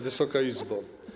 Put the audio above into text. Wysoka Izbo!